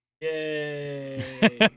yay